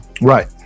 right